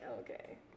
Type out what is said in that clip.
okay